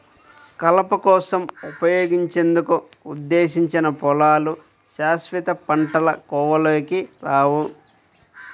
కలప కోసం ఉపయోగించేందుకు ఉద్దేశించిన పొలాలు శాశ్వత పంటల కోవలోకి రావు